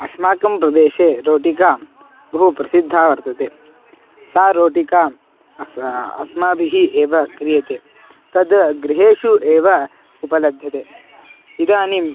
अस्माकं प्रदेशे रोटिका बहु प्रसिद्धा वर्तते सा रोटिका अस्माभिः अस्माभिः एव क्रियते तद् गृहेषु एव उपलभ्यते इदानीं